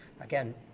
again